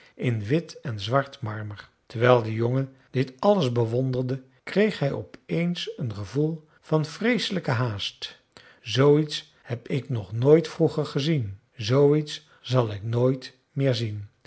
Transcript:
in wit en zwart marmer terwijl de jongen dit alles bewonderde kreeg hij opeens een gevoel van vreeselijke haast zooiets heb ik nog nooit vroeger gezien zooiets zal ik nooit meer zien